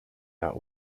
that